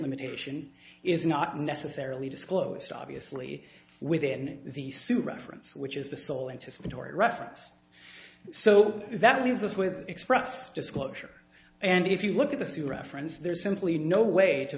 limitation is not necessarily disclosed obviously within the super reference which is the sole anticipatory reference so that leaves us with trust disclosure and if you look at the sewer reference there's simply no way to